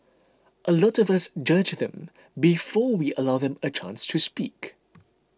a lot of us judge them before we allow them a chance to speak